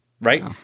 right